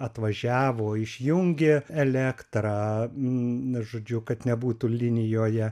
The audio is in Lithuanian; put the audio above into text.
atvažiavo išjungė elektrą žodžiu kad nebūtų linijoje